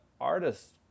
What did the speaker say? artists